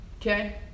Okay